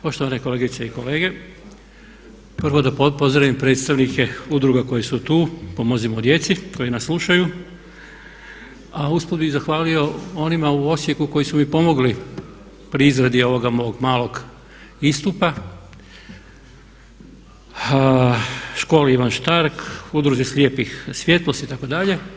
Poštovane kolegice i kolege, prvo da pozdravim predstavnike udruga koje su tu „Pomozimo djeci“ koji nas slušaju, a usput bih zahvalio onima u Osijeku koji su mi pomogli pri izradi ovoga mog malog istupa školi Ivan Štark, udruzi slijepih „Svjetlost“ itd.